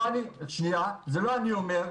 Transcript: זה לא אני אומר,